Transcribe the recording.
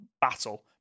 battle